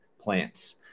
plants